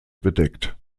bedeckt